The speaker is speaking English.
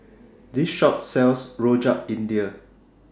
This Shop sells Rojak India